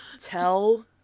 tell